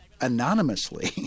anonymously